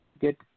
get